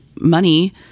money